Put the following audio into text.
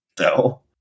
no